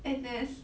N_S